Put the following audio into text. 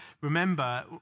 remember